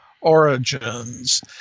Origins